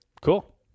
cool